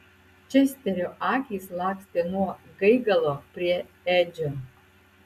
česterio akys lakstė nuo gaigalo prie edžio